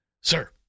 sir